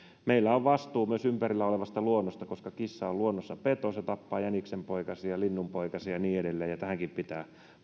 meillä on vastuu myös ympärillä olevasta luonnosta koska kissa on luonnossa peto se tappaa jäniksenpoikasia linnunpoikasia ja niin edelleen ja tähänkin pitää